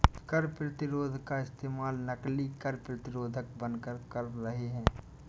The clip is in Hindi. कर प्रतिरोध का इस्तेमाल नकली कर प्रतिरोधक बनकर कर रहे हैं